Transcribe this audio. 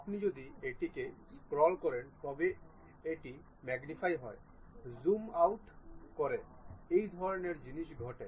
আপনি যদি এটিকে স্ক্রোল করেন তবে এটি ম্যাগনিফাই হয় জুম আউট করে এই ধরণের জিনিস ঘটে